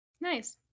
nice